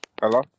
Hello